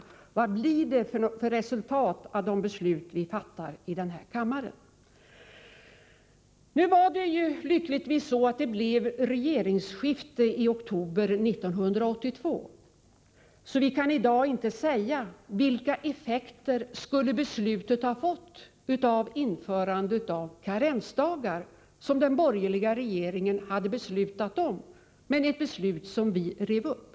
Vad blir resultatet av de beslut vi fattar i denna kammare? Nu blev det lyckligtvis regeringsskifte i oktober 1982. Vi kan därför inte i dag säga vilka effekter införandet av de karensdagar som den borgerliga regeringen hade beslutat om skulle ha fått. Det var ett beslut som vi rev upp.